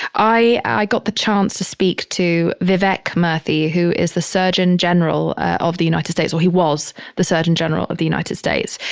i i got the chance to speak to vivek murthy, who is the surgeon general of the united states, or he was the surgeon general of the united states.